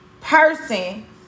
person